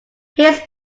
his